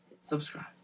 Subscribe